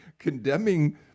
condemning